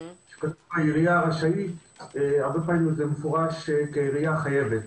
העירייה רשאית - מפורש שהעירייה חייבת.